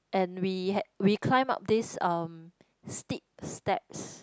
and we had we climbed up this um steep steps